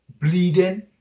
bleeding